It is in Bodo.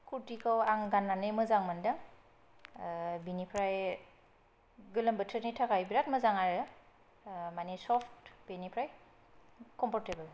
कुर्तिखौ आं गाननानै मोजां मोनदों बिनिफ्राय गोलोम बोथोरनि थाखाय बिराद मोजां आरो माने सफ्त बेनिफ्राय कम्फर्तेबोल